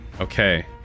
Okay